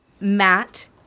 Matt